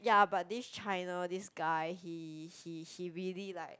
ya but this China this guy he he he really like